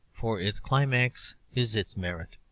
for its climax is its merit.